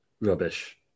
rubbish